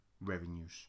revenues